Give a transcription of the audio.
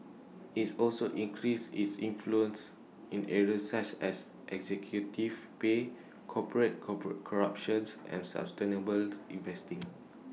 it's also increase its influence in areas such as executive pay corporate cop corruptions and sustainable investing